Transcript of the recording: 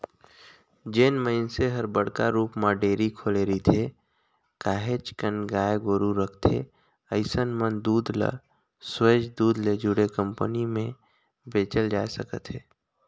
जेन मइनसे हर बड़का रुप म डेयरी खोले रिथे, काहेच कन गाय गोरु रखथे अइसन मन दूद ल सोयझ दूद ले जुड़े कंपनी में बेचल जाय सकथे